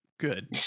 good